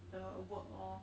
the work lor